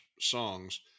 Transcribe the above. songs